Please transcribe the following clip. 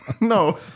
No